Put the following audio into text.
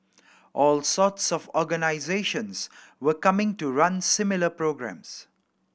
all sorts of organisations were coming to run similar programmes